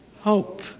hope